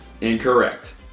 Incorrect